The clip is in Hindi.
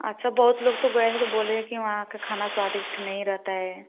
अच्छा बहुत लोग तो गए हैं तो बोले हैं कि वहाँ का खाना द्वास्दिष्ट नहीं रहता है